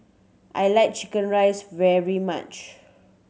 I like chicken rice very much